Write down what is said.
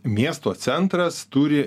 miesto centras turi